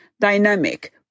dynamic